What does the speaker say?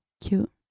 cute